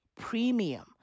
premium